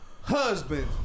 husband